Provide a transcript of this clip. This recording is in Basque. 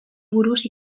buruz